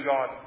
God